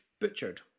butchered